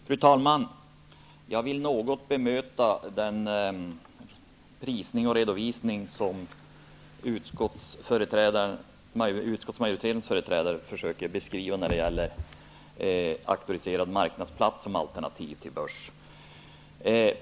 Fru talman! Jag vill något bemöta den redovisning som utskottsmajoritetens företrädare lämnat beträffande auktoriserade amrknadsplatser som alternativ till börs.